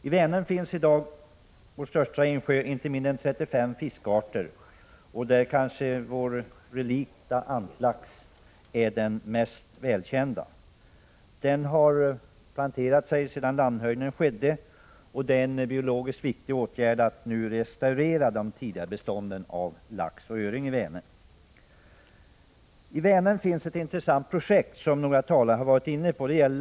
I Vänern finns i dag inte mindre än 35 fiskarter, av vilka vårt bestånd av relikt Atlantlax kanske är det mest välkända. Det är en biologiskt viktig åtgärd att nu restaurera de tidigare bestånden av lax och öring i Vänern. I Vänern finns, som några talare här varit inne på, ett intressant projekt som kallas Laxfonden.